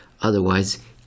otherwise